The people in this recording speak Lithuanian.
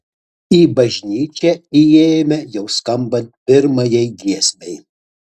į bažnyčią įėjome jau skambant pirmajai giesmei